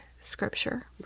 scripture